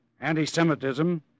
anti-Semitism